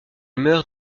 meurt